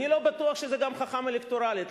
אני לא בטוח שזה חכם אלקטורלית.